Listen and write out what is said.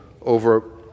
over